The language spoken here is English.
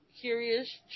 curious